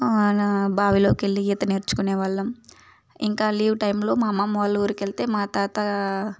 బావిలోకెళ్ళి ఈత నేర్చుకునే వాళ్ళం ఇంకా లీవ్ టైంలో మా అమ్మమ్మ వాళ్ళ ఊరికెళ్తే మా తాత